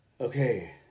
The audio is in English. okay